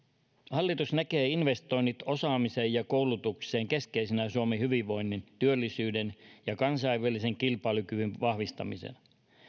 hallitus näkee investoinnit osaamiseen ja koulutukseen keskeisenä suomen hyvinvoinnin työllisyyden ja kansainvälisen kilpailukyvyn vahvistamisena